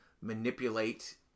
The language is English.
manipulate